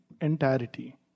entirety